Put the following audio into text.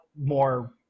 more